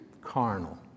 carnal